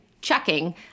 checking